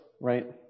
right